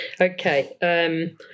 Okay